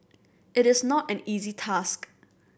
it is not an easy task